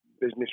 business